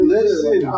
Listen